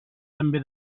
també